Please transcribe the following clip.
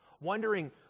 wondering